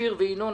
אופיר וינון,